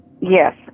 Yes